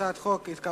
הצעת החוק התקבלה